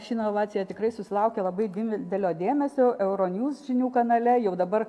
ši inovacija tikrai susilaukė labai didelio dėmesio euronews žinių kanale jau dabar